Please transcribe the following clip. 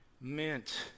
meant